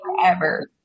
forever